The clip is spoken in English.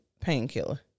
painkiller